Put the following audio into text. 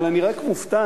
אבל אני רק מופתע,